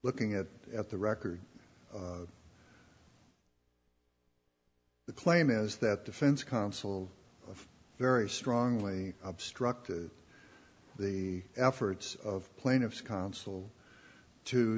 looking at at the record the claim is that defense counsel of very strongly obstructed the efforts of plaintiffs counsel to